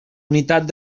unitat